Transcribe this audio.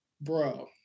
bro